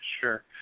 sure